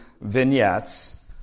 vignettes